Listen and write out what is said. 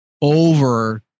over